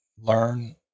learn